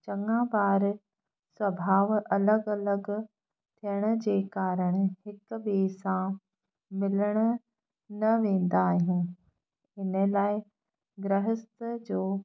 चङा ॿार सुभाउ अलॻि अलॻि थियण जे कारणु हिक ॿिए सां मिलण न वेंदा आहिनि हिन लाइ गृहस्थ जो